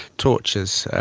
tortures.